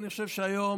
אני חושב שהיום